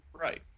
right